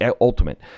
ultimate